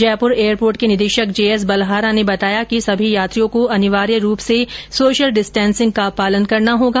Jaipur airport के निदेशक JS Balhara ने आकाशवाणी को बताया कि सभी यात्रियों को अनिवार्य रूप से सोशल डिस्टेंसिंग का पालना करना होगा